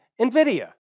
NVIDIA